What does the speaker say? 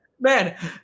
Man